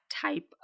type